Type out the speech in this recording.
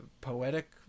Poetic